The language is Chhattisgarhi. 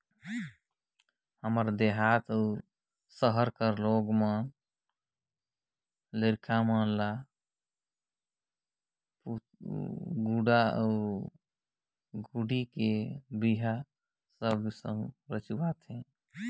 गांव अउ सहर सब्बो जघा में लईका मन हर पुतला आउ पुतली के बिहा रचाथे